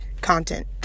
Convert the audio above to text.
content